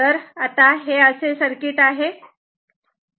तर हे असे सर्किट आहे